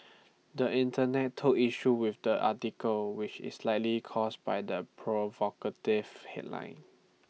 the Internet took issue with the article which is likely caused by the provocative headline